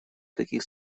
таких